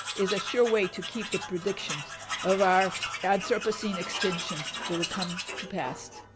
is a sure way to keep the predictions of our anthopocene extintion that will come to pass.